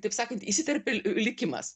taip sakant įsiterpė likimas